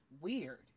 weird